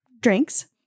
drinks